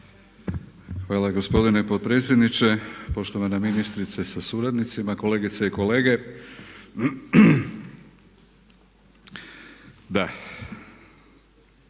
Hvala gospodine potpredsjedniče, poštovana ministrice sa suradnicima, kolegice i kolege.